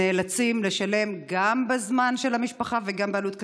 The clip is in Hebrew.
ונאלצים לשלם גם בזמן של המשפחה וגם בעלות כספית.